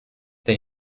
der